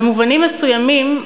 במובנים מסוימים,